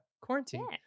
Quarantine